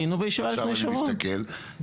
ועכשיו אני מסתכל,